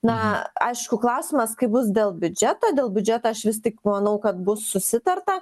na aišku klausimas kaip bus dėl biudžeto dėl biudžeto aš vis tik manau kad bus susitarta